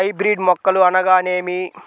Hybrid మొక్కలు అనగానేమి?